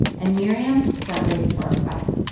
and miriam got ready for a fight.